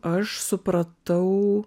aš supratau